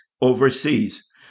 overseas